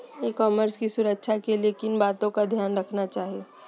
ई commerce की सुरक्षा के लिए किन बातों का ध्यान रखना चाहिए?